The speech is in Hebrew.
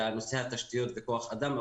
לנושא התשתיות וכוח אדם,